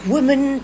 Woman